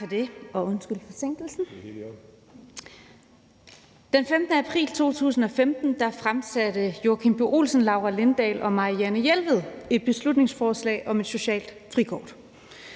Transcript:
Den 15. april 2015 fremsatte Joachim B. Olsen, Laura Lindahl og Marianne Jelved et beslutningsforslag om et socialt frikort.